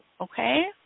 okay